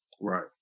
right